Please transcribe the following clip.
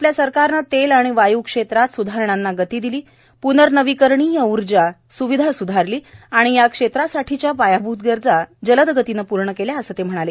आपल्या सरकारनं तेल आणि वायू क्षेत्रात सुधारणांना गती दिली पुनर्रनवीकरणीय ऊर्जा सुविधा सुधारली आणि या क्षेत्रातासाठीच्या पायाभूत गरजा जलद गतीनं पूर्ण केल्या असं ते म्हणाले